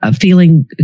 Feeling